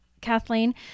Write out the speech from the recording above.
Kathleen